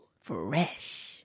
Fresh